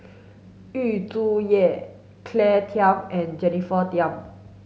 Yu Zhuye Claire Tham and Jennifer Tham